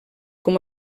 com